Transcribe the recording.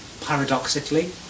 paradoxically